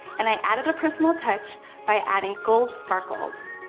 and i added a personal touch by adding gold sparkles.